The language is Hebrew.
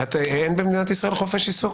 אין במדינת ישראל חופש עיסוק?